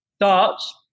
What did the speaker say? Darts